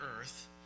earth